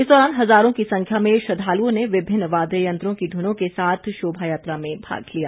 इस दौरान हज़ारों की संख्या में श्रद्वालुओं ने विभिन्न वाद्य यंत्रों की धुनों के साथ शोभा यात्रा में भाग लिया